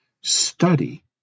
study